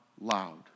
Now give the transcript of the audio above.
loud